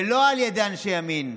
ולא על ידי אנשי ימין.